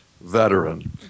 veteran